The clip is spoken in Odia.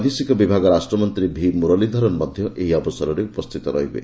ବୈଦେଶିକ ବିଭାଗ ରାଷ୍ଟ୍ରମନ୍ତ୍ରୀ ଭି ମୁରଲୀଧରନ୍ ମଧ୍ୟ ଏହି ଅବସରରେ ଉପସ୍ଥିତ ରହିବେ